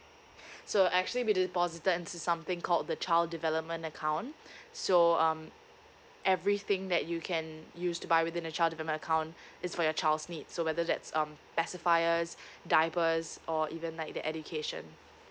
so actually we deposit it into something called the child development account so um everything that you can use to buy within the child development account is for your child's need so whether that's um pacifiers diapers or even like the education